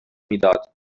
میداد